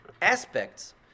Aspects